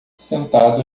sentado